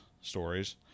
stories